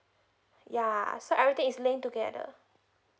yeah so everything is linked together